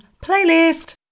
playlist